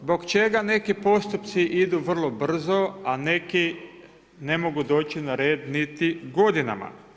Zbog čega neki postupci idu vrlo brzo, a neki ne mogu doći na red niti godinama?